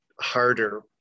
harder